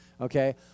Okay